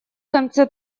конце